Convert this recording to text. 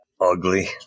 ugly